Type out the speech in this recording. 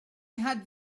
had